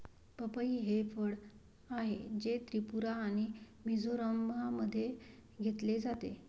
पपई हे फळ आहे, जे त्रिपुरा आणि मिझोराममध्ये घेतले जाते